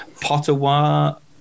potawatomi